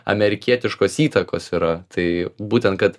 amerikietiškos įtakos yra tai būtent kad